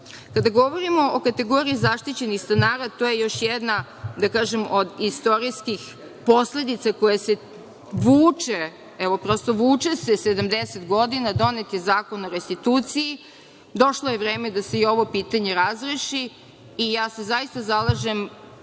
govorimo o kategoriji zaštićenih stanara, to je još jedna, da kažem, od istorijskih posledica koja se vuče 70 godina. Donet je Zakon o restituciji. Došlo je vreme da se i ovo pitanje razreši. Ja se zaista zalažem